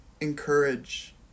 encourage